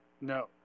no